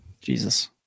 Jesus